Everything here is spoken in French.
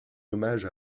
hommage